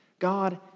God